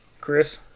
Chris